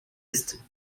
ist